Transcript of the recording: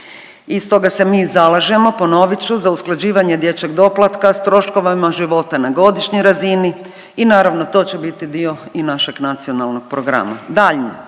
I stoga se mi zalažemo, ponovit ću, za usklađivanje dječjeg doplatka s troškovima života na godišnjoj razini i naravno to će biti dio i našeg nacionalnog programa. Dalje,